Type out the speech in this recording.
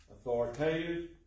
authoritative